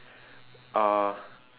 uh